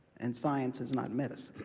and science is not medicine.